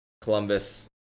Columbus